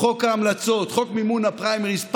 חוק ההמלצות, חוק מימון הפריימריז.